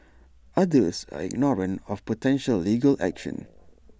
others are ignorant of potential legal action